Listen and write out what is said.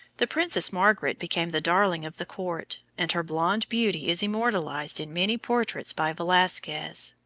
the princess margaret became the darling of the court, and her blonde beauty is immortalized in many portraits by velasquez.